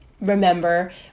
remember